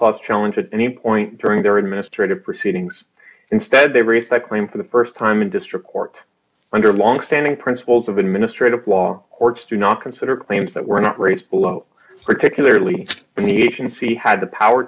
clause challenge at any point during their administrative proceedings instead they race i claim for the st time in district court under longstanding principles of administrative law courts do not consider claims that were not race below particularly when the agency had the power